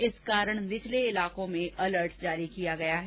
इस कारण निचले इलाको में अलर्ट जारी किया गया है